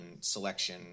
selection